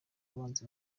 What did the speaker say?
abanzi